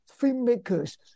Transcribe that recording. filmmakers